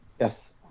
Yes